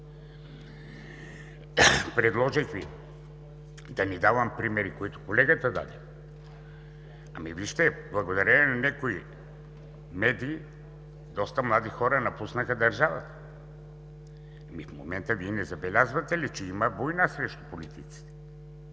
се движим. Да не давам примери, които колегата даде. Благодарение на някои медии доста млади хора напуснаха държавата. В момента Вие не забелязвате ли, че има война срещу политиците,